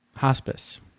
Hospice